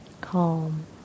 calm